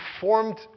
formed